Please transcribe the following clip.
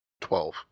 Twelve